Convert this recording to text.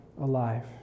alive